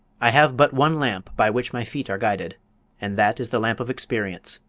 i have but one lamp by which my feet are guided and that is the lamp of experience.